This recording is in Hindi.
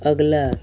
अगला